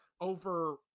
over